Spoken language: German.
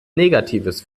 negatives